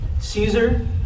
Caesar